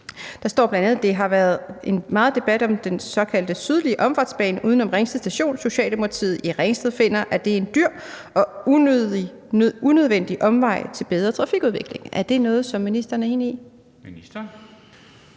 Der står bl.a., at der har været meget debat om den såkaldte sydlige omfartsbane uden om Ringsted Station, og at Socialdemokratiet i Ringsted finder, at det er en dyr og unødvendig omvej til bedre trafikafvikling. Er det noget, som ministeren er enig i?